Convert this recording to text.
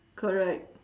correct